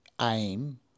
aim